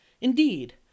Indeed